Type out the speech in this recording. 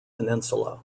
peninsula